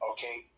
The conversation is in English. Okay